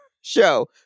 show